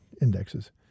indexes